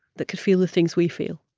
that could feel the things we feel?